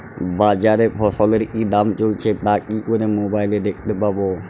বাজারে ফসলের কি দাম চলছে তা কি করে মোবাইলে দেখতে পাবো?